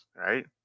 right